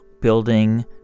building